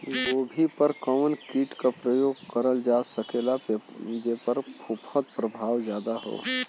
गोभी पर कवन कीट क प्रयोग करल जा सकेला जेपर फूंफद प्रभाव ज्यादा हो?